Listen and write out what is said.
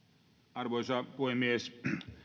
arvoisa puhemies